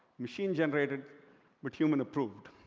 machine generated but human approved.